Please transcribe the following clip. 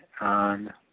on